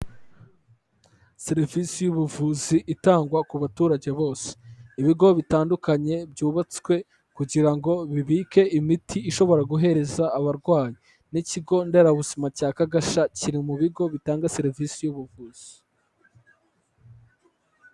Serivisi y'ubuvuzi itangwa ku baturage bose. Ibigo bitandukanye byubatswe kugira ngo bibike imiti ishobora guhereza abarwayi n'ikigo nderabuzima cya Kagasha kiri mu bigo bitanga serivisi y'ubuvuzi.